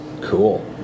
Cool